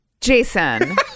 Jason